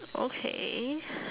okay